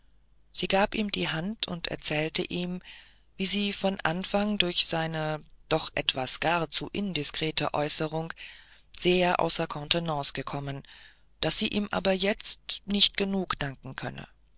sie gab ihm die hand und erzählte ihm wie sie von anfang durch seine doch etwas gar zu indiskrete äußerung sehr außer kontenance gekommen daß sie ihm aber jetzt nicht genug danken könne